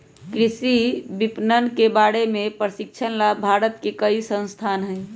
कृषि विपणन के बारे में प्रशिक्षण ला भारत में कई संस्थान हई